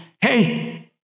Hey